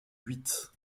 huit